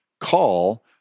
call